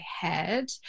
head